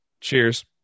cheers